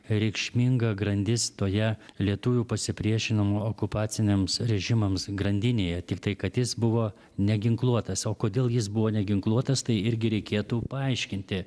reikšminga grandis toje lietuvių pasipriešinimo okupaciniams režimams grandinėje tiktai kad jis buvo neginkluotas o kodėl jis buvo neginkluotas tai irgi reikėtų paaiškinti